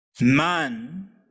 Man